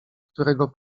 którego